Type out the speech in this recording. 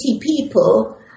people